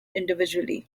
individually